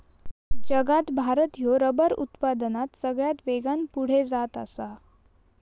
जगात भारत ह्यो रबर उत्पादनात सगळ्यात वेगान पुढे जात आसा